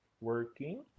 working